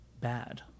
bad